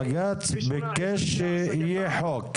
בג"צ ביקש שיהיה חוק.